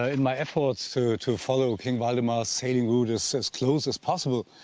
ah in my efforts to to follow king valdemar's sailing route as as close as possible.